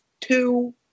Two